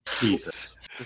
Jesus